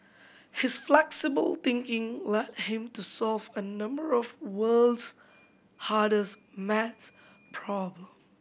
his flexible thinking led him to solve a number of world's hardest maths problem